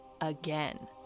again